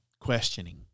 questioning